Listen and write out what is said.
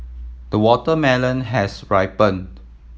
the watermelon has ripen